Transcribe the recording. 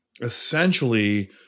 essentially